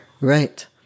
Right